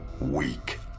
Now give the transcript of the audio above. weak